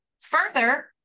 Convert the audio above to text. Further